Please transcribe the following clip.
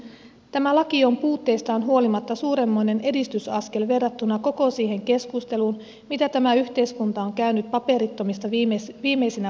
tämä laki on puutteistaan huolimatta suurenmoinen edistysaskel verrattuna koko siihen keskusteluun mitä tämä yhteiskunta on käynyt paperittomista viimeisinä vuosina